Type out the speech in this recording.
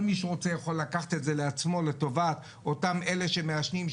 כל מי שרוצה לקחת את זה לעצמו לטובת אלה שמעשנים,